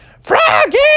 Froggy